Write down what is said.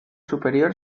superior